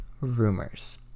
rumors